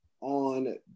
on